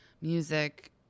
music